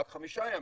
רק חמישה ימים.